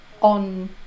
on